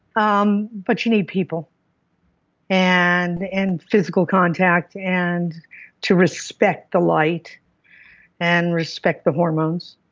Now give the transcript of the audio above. um but you need people and and physical contact, and to respect the light and respect the hormones.